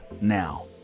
now